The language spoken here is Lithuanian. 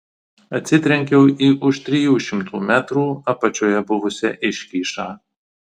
atsitrenkiau į už trijų šimtų metrų apačioje buvusią iškyšą